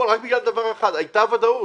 וזה רק בגלל דבר אחד: הייתה ודאות.